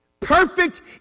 Perfect